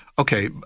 Okay